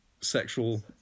sexual